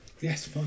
yes